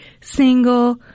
single